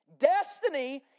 Destiny